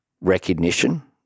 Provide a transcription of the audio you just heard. recognition